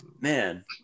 man